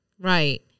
Right